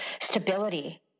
stability